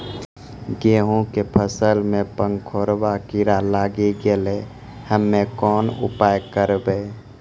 गेहूँ के फसल मे पंखोरवा कीड़ा लागी गैलै हम्मे कोन उपाय करबै?